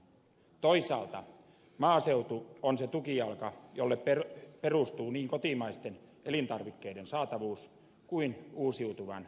toisaalta maaseutu on se tukijalka jolle perustuu niin kotimaisten elintarvikkeiden saatavuus kuin uusiutuvan energian tuotantokin